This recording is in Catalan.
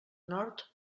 nord